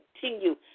continue